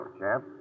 champ